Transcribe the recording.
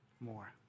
more